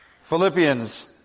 Philippians